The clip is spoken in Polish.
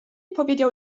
powiedział